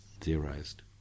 theorized